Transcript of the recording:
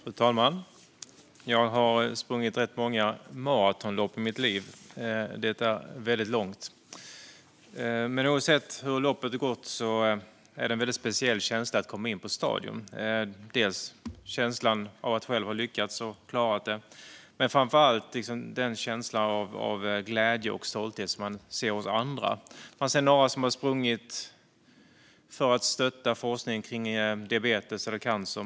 Fru talman! Jag har sprungit rätt många maratonlopp i mitt liv. Det är väldigt långt. Men oavsett hur loppet gått är det en väldigt speciell känsla att komma in på stadion. Det är känslan av att själv ha lyckats, men framför allt är det känslan av glädje och stolthet hos andra. Man ser några som har sprungit för att stötta forskning om diabetes eller cancer.